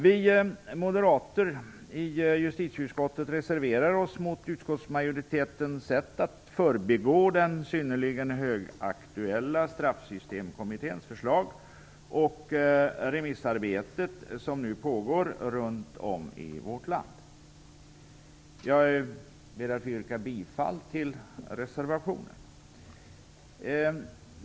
Vi moderater i justitieutskottet reserverar oss mot utskottsmajoritetens sätt att förbigå den synnerligen aktuella Straffsystemkommitténs förslag och det remissarbete som nu pågår runt om i vårt land. Jag ber därför att få yrka bifall till reservationen.